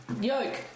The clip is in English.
Yolk